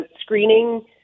screening